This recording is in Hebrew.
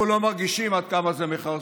אנחנו לא מרגישים עד כמה זה מכרסם,